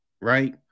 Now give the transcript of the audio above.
Right